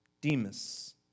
Demas